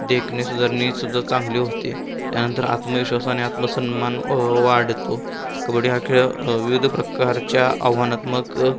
देखणे सुधारणेसुद्धा चांगले होते त्यानंतर आत्मविश्वासाने आत्मसन्मान वाढतो कबड्डी हा खेळ विविध प्रकारच्या आव्हानात्मक